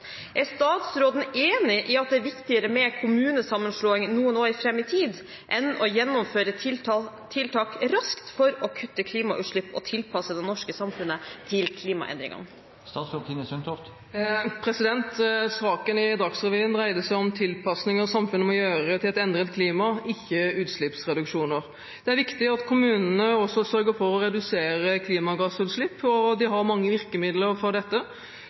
Er statsråden enig i at det er viktigere med kommunesammenslåing noen år frem i tid enn å gjennomføre tiltak raskt for å kutte klimautslipp og tilpasse det norske samfunnet til klimaendringene?» Saken i Dagsrevyen dreide seg om tilpassinger samfunnet må gjøre til et endret klima – ikke utslippsreduksjoner. Det er viktig at kommunene også sørger for å redusere klimagassutslippene, og de har mange virkemidler for dette,